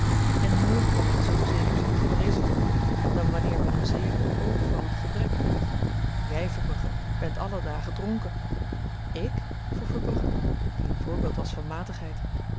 en nooit kan men zoo zeker zyn geprezen te worden dan wanneer men een zeer in t oog vallend gebrek heeft jy verbrugge bent alle dagen dronken ik vroeg verbrugge die een voorbeeld was van matigheid